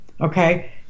okay